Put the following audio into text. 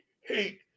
hate